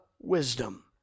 wisdom